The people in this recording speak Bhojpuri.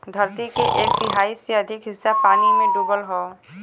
धरती के एक तिहाई से अधिक हिस्सा पानी में डूबल हौ